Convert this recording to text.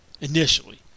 initially